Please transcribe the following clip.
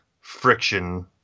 friction